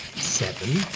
seven,